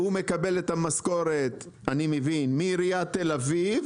אני מבין שהוא מקבל את המשכורת מעיריית תל-אביב